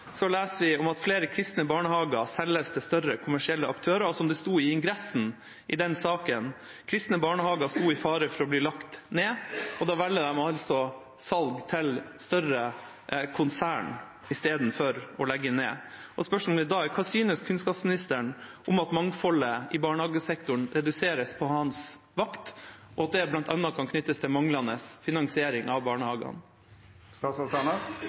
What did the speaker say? vi om at flere kristne barnehager selges til større kommersielle aktører. Som det sto i ingressen i den saken: «Kristne barnehagar stod i fare for å bli lagt ned.» De velger altså å selge til større konsern istedenfor å legge ned. Spørsmålet er da: Hva synes kunnskapsministeren om at mangfoldet i barnehagesektoren reduseres på hans vakt, og at det bl.a. kan knyttes til manglende finansiering av barnehagene?